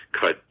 cut